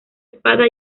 espada